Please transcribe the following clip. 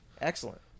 Excellent